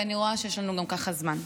ואני רואה שיש לנו גם ככה זמן.